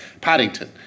Paddington